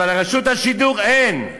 אבל לרשות השידור אין,